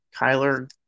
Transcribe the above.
Kyler